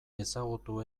ezagutu